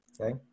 okay